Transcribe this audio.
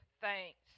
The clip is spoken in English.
thanks